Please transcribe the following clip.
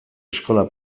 eskola